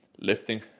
Lifting